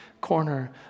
corner